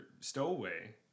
Stowaway